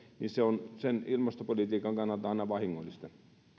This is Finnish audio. niin se on sen ilmastopolitiikan kannalta aina vahingollista